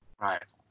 Right